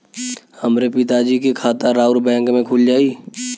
हमरे पिता जी के खाता राउर बैंक में खुल जाई?